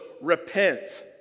repent